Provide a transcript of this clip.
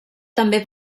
també